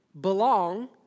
belong